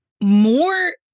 more